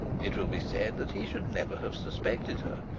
it will be said that he should never have suspected her.